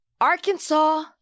Arkansas